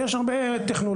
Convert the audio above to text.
יש הרבה טכנולוגיות.